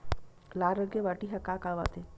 लाल रंग के माटी ह का काम आथे?